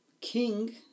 king